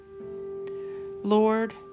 Lord